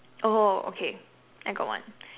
oh okay I got one